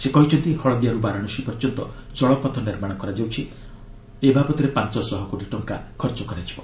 ସେ କହିଛନ୍ତି ହଳଦିଆରୁ ବାରାଣାସୀ ପର୍ଯ୍ୟନ୍ତ ଜଳପଥ ନିର୍ମାଣ କରାଯାଉଛି ଓ ଏ ବାବଦରେ ପାଞ୍ଚଶହ କୋଟି ଟଙ୍କା ଖର୍ଚ୍ଚ କରାଯିବ